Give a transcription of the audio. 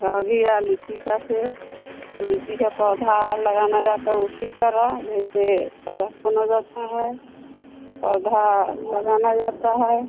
रह गया लूची का पेड़ तो लूची का पौधा लगाया जाता है उसी तरह जैसे गड्ढा खोना जाता है पौधा लगाना जाता है